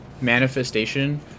manifestation